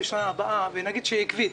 ונגיד שהיא עקבית,